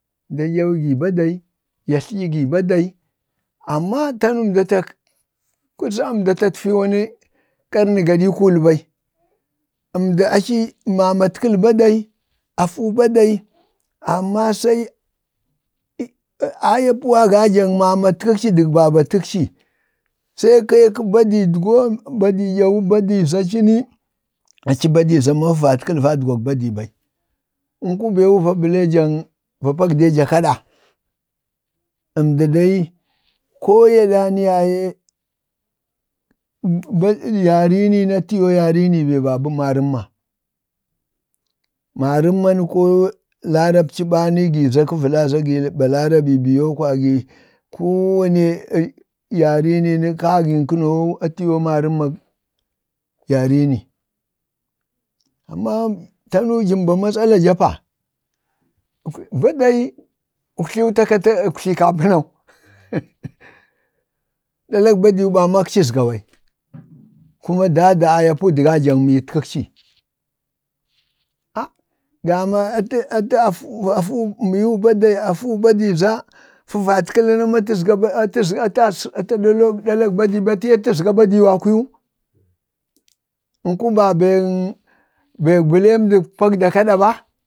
nda dyawugi badai, ya tlidyi gi badal, amma tanu nde nda tatfi karni gaɗi kuli ɓai. Jndi aci matkəli badai, afu badai, amma sai ayapu agajaŋ mamato kəci daŋ babatkəkci, se kə kee ka badidgon, badi ɗyawu badii za aci ni a ci badi za mama fəvatkəl; vadgwag badii bai, ənku bewu va ble jaŋ va pagdeeja kada. ndi dai koo ya ɗan yaye, yani ni ni atiyoo be babə yarii marəmma ni ko larabci ɓani giza kə vəla za gi balarabii biyo kwa ya gi ko nani yarenini kagiŋ kənowu atiyoo marəmmak yanini amma tanu jəmba matsala japa badai uktliiwu ta kato ma uktliikapənau ɗalak badii wu ɓa makci əzga ɓai, kuma daadu ayapu dəgaŋ mijkikci gamaatu badai miiwu badai, afu budi za fəvatkalana mama atəzga atazga atazga atiyii atəzga badaya kwii wu, nku ba beŋ, bek blendi pagdak kaɗa ba